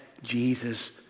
Jesus